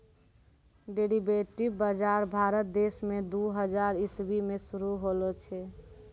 derivative बजार भारत देश मे दू हजार इसवी मे शुरू होलो छै